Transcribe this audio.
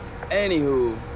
Anywho